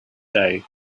day